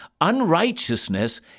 unrighteousness